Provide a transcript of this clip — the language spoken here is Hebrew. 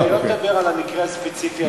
אני לא מדבר על המקרה הספציפי הזה.